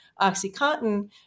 OxyContin